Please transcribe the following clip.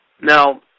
Now